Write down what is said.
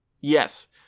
Yes